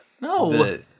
No